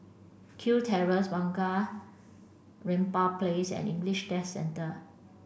Kew Terrace Bunga Rampai Place and English Test Centre